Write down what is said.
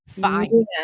fine